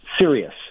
serious